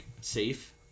safe